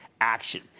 action